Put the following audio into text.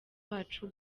wacu